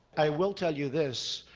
i will tell you this,